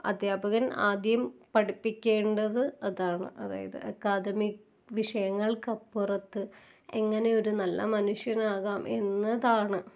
അധ്യാപകന് ആദ്യം പഠിപ്പിക്കേണ്ടത് അതാണ് അതായത് അക്കാഡമിക് വിഷയങ്ങൾക്കപ്പുറത്ത് എങ്ങനെ ഒരു നല്ല മനുഷ്യനാകാം എന്നതാണ്